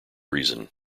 reason